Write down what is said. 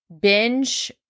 binge